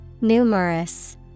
Numerous